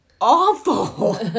awful